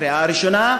קריאה ראשונה,